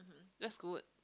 that's good